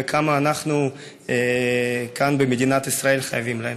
וכמה אנחנו כאן במדינת ישראל חייבים להם.